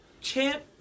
champ